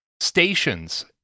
stations